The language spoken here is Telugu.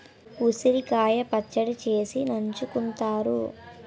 ఉసిరికాయ పచ్చడి చేసి నంచుకుంతారు